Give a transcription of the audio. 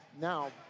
now